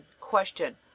Question